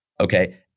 okay